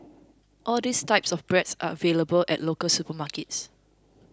all these types of bread are available at local supermarkets